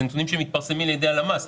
אלה נתונים שמתפרסמים על ידי הלכה המרכזית